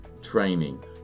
training